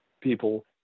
people